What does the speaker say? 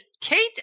Kate